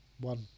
One